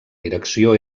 direcció